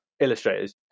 illustrators